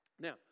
now